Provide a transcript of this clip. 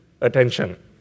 attention